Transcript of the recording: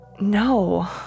No